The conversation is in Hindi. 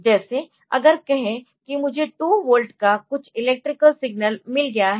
जैसे अगर कहें किमुझे2 वोल्ट का कुछ इलेक्ट्रिकल सिग्नल मिल गया है